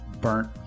burnt